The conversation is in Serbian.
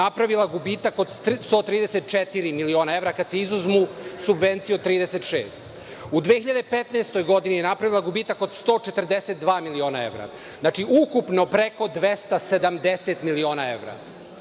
napravila gubitak od 134 miliona evra, kada se izuzmu subvencije od 36. U 2015. godini je napravila gubitak od 142 miliona evra, ukupno preko 270 miliona evra.